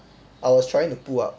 I was trying to pull up